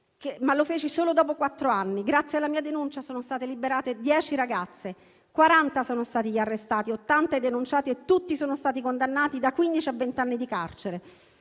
ma lo feci solo dopo quattro anni. Grazie alla mia denuncia sono state liberate dieci ragazze, 40 sono stati gli arrestati, 80 i denunciati e tutti sono stati condannati a una pena dai quindici ai vent'anni di carcere.